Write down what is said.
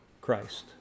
Christ